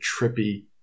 trippy